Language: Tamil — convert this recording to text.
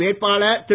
வேட்பாளர்திரு